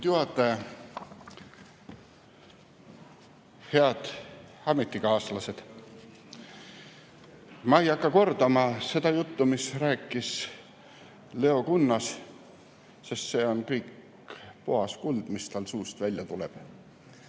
Head ametikaaslased! Ma ei hakka kordama seda juttu, mida rääkis Leo Kunnas, sest see kõik on puhas kuld, mis tal suust välja tuleb.